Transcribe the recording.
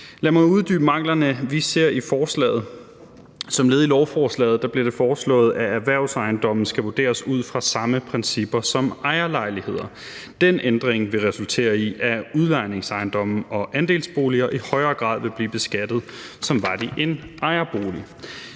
Lad mig uddybe manglerne. Som led i lovforslaget bliver det foreslået, at erhvervsejendomme skal vurderes ud fra samme principper som ejerlejligheder. Den ændring vil resultere i, at udlejningsejendomme og andelsboliger i højere grad vil blive beskattet, som var de en ejerbolig.